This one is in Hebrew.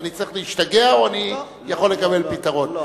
אני צריך להשתגע או אני יכול לקבל פתרון,